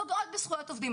פוגעות בזכויות עובדים.